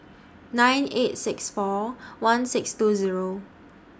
nine eight six four one six two Zero